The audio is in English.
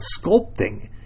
sculpting